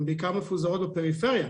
הם בעיקר מפוזרות בפריפריה.